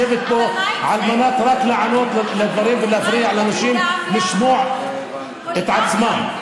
את יושבת פה רק על מנת לענות על דברים ולהפריע לאנשים לשמוע את עצמם.